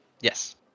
Yes